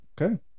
Okay